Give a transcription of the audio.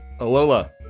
Alola